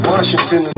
Washington